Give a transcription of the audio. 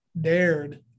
dared